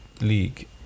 league